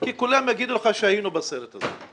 כי כולם יאמרו לך שהיינו בסרט הזה.